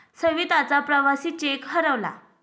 सविताचा प्रवासी चेक हरवला